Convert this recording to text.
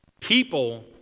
people